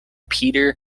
peter